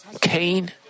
Cain